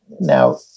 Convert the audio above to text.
Now